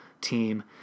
team